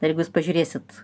na ir jeigu jūs pažiūrėsit